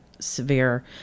severe